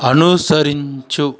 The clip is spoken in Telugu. అనుసరించు